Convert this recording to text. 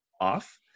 off